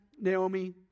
Naomi